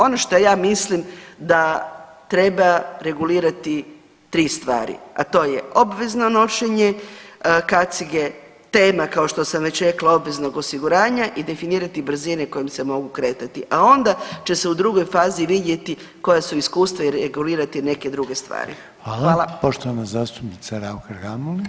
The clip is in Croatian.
Ono što ja mislim da treba regulirati 3 stvari, a to je obvezno nošenje kacige, tema kao što sam već rekla obveznog osiguranja i definirati brzine kojim se mogu kretati, a onda će se u drugoj fazi vidjeti koja su iskustava i regulirati neke druge stvari.